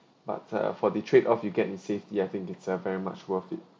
but uh for the trade off you get in safety I think it's uh very much worth it